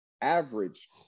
average